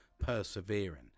persevering